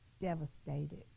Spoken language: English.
devastated